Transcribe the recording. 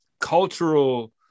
cultural